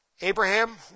Abraham